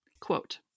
quote